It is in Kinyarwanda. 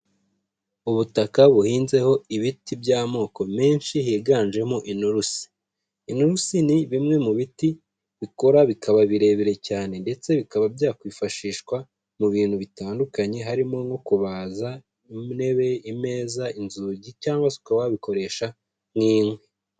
Ubutaka buhinzeho ibiti by'amoko menshi higanjemo inturusi. inturusi ni bimwe mu biti bikora bikaba birebire cyane ndetse bikaba byakwifashishwa, mu bintu bitandukanye harimo nko kubaza intebe, imeza, inzugi, cyangwa se ukaba wabikoresha nk'inkwi.